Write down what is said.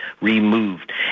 removed